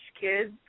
kids